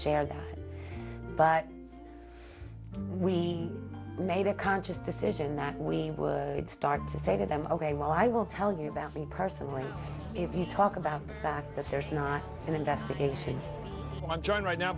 share that but we made a conscious decision that we could start the fate of them ok well i will tell you about me personally if you talk about the fact that there's not an investigation i'm joined right now